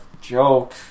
joke